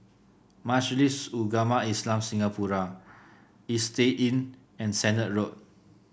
Majlis Ugama Islam Singapura Istay Inn and Sennett Road